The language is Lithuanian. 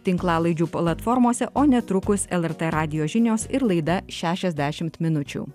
tinklalaidžių platformose o netrukus lrt radijo žinios ir laida šešiasdešimt minučių